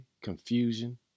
confusion